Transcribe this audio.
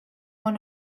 one